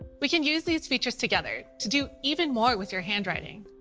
we can use these features together to do even more with your handwriting.